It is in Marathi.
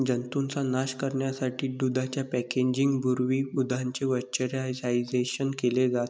जंतूंचा नाश करण्यासाठी दुधाच्या पॅकेजिंग पूर्वी दुधाचे पाश्चरायझेशन केले जाते